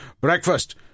breakfast